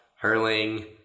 hurling